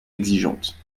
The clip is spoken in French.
exigeantes